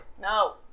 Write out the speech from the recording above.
No